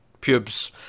pubes